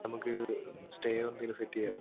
നമുക്ക് സ്റ്റേയോ എന്തേലും സെറ്റ് ചെയ്യാലോ